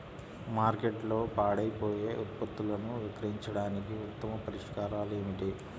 మార్కెట్లో పాడైపోయే ఉత్పత్తులను విక్రయించడానికి ఉత్తమ పరిష్కారాలు ఏమిటి?